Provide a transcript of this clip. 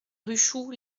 ruchoux